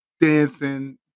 dancing